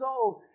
old